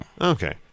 Okay